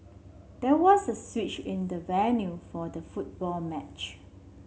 there was a switch in the venue for the football match